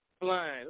flying